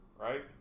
right